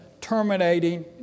terminating